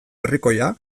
herrikoia